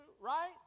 right